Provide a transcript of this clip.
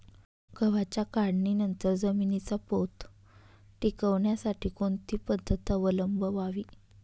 गव्हाच्या काढणीनंतर जमिनीचा पोत टिकवण्यासाठी कोणती पद्धत अवलंबवावी?